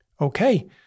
Okay